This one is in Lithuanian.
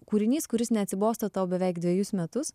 kūrinys kuris neatsibosta tau beveik dvejus metus